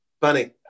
Funny